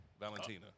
Valentina